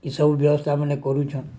ଏସବୁ ବ୍ୟବସ୍ଥା ମାନେ କରୁଛନ୍